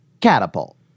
catapult